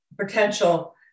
potential